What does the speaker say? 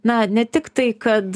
na ne tiktai kad